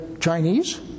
Chinese